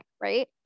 right